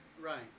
Right